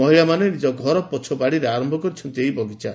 ମହିଳାମାନେ ନିକ ଘର ପଛ ବାଡ଼ିରେ ଆରମ୍ କରିଛନ୍ତି ଏହି ବଗିଚା